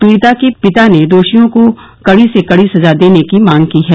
पीडिता के पिता ने दोषियों को कड़ी से कड़ी सजा देने की मांग की है